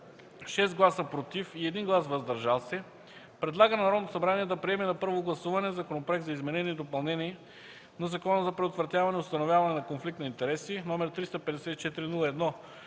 6 гласа „против” и 1 глас „въздържал се”, предлага на Народното събрание да приеме на първо гласуване Законопроект за изменение и допълнение на Закона за предотвратяване и установяване на конфликт на интереси, № 354